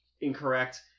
incorrect